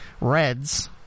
Reds